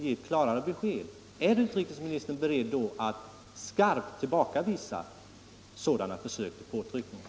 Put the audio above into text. I så fall, har regeringen för avsikt att, om sysselsättningsläget så kräver, överta Eriksbergs varv eller på annat sätt trygga sysselsättningen?